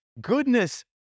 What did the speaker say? Goodness